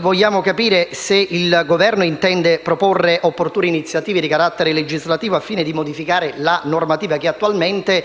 vogliamo capire se il Governo intende proporre opportune iniziative di carattere legislativo al fine di modificare la normativa che attualmente